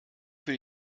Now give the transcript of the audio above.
für